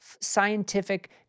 scientific